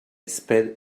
sped